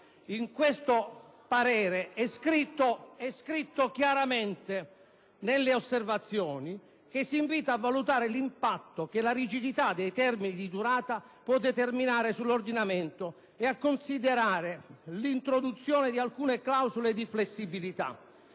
In questo parere è scritto chiaramente quanto segue: «si invita a valutare l'impatto che la rigidità dei termini di durata può determinare sull'ordinamento e a considerare (...) l'introduzione di alcune clausole di flessibilità».